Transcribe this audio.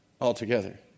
altogether